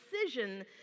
decision